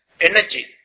Energy